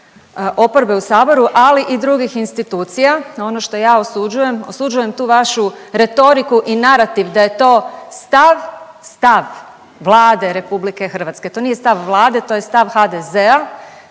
oporbe u saboru, ali i drugih institucija. Ono što ja osuđujem, osuđujem tu vašu retoriku i narativ da je to stav, stav Vlade RH, to nije stav Vlade, to je stav HDZ-a,